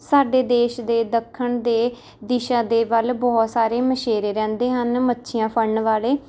ਸਾਡੇ ਦੇਸ਼ ਦੇ ਦੱਖਣ ਦੇ ਦਿਸ਼ਾ ਦੇ ਵੱਲ ਬਹੁਤ ਸਾਰੇ ਮਛੇਰੇ ਰਹਿੰਦੇ ਹਨ ਮੱਛੀਆਂ ਫੜਨ ਵਾਲੇ